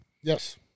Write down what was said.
Yes